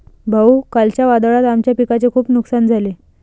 भाऊ, कालच्या वादळात आमच्या पिकाचे खूप नुकसान झाले